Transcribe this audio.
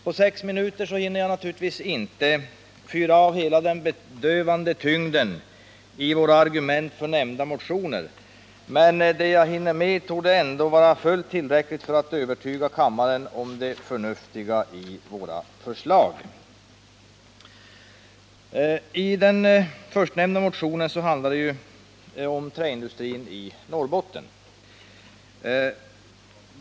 På sex minuter hinner jag naturligtvis inte fyra av våra argument för bifall till nämnda motioner i hela deras bedövande tyngd, men det jag hinner med torde ändå vara fullt tillräckligt för att övertyga kammaren om det förnuftiga i våra förslag. Den förstnämnda motionen handlar om träindustrin i Norrbotten.